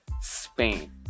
Spain